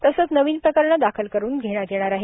तसेच नवीन प्रकरणे दाखल करुन घेण्यात येणार आहेत